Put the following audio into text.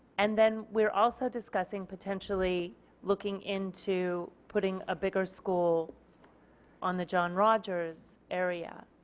and then we are also discussing potentially looking into putting a bigger school on the john rogers area.